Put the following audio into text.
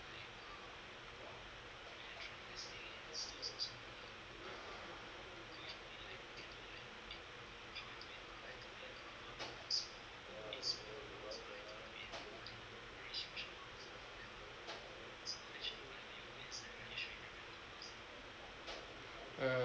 mm